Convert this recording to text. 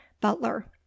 butler